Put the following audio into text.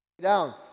down